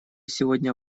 сегодня